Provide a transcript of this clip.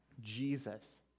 Jesus